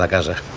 like has a